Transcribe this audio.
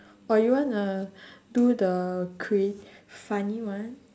or you wanna do the crea~ funny one